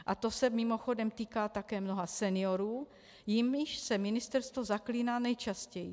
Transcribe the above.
A to se mimochodem týká také mnoha seniorů, jimiž se ministerstvo zaklíná nejčastěji.